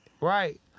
right